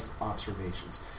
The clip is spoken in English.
observations